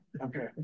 Okay